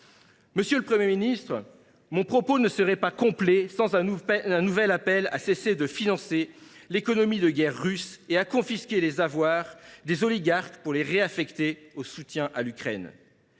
Monsieur le Premier ministre, mon intervention serait incomplète si je ne formulais pas un nouvel appel à cesser de financer l’économie de guerre russe et à confisquer les avoirs des oligarques pour les réaffecter au soutien à l’Ukraine.